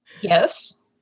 Yes